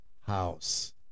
house